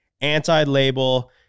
anti-label